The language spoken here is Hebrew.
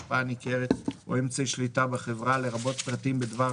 השפעה ניכרת או אמצעי שליטה בחברה לרבות פרטים בדבר